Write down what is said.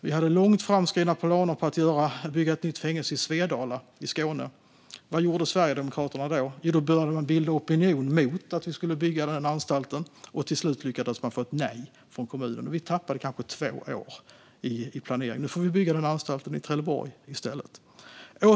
Vi hade långt framskridna planer på att bygga ett nytt fängelse i Svedala i Skåne. Vad gjorde Sverigedemokraterna då? Jo, då började man bilda opinion mot att denna anstalt skulle byggas, och till slut lyckades man få ett nej från kommunen. Vi tappade kanske två år i planeringen. Nu får vi bygga anstalten i Trelleborg i stället.